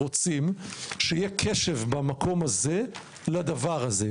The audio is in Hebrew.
רוצים שיהיה קשב במקום הזה לדבר הזה,